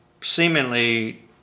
seemingly